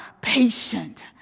patient